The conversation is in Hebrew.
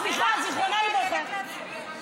זיכרונה לברכה,